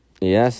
Yes